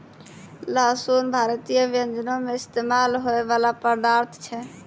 लहसुन भारतीय व्यंजनो मे इस्तेमाल होय बाला पदार्थ छै